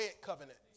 covenant